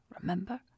remember